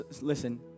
listen